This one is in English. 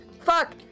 fuck